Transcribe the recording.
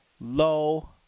low